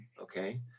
okay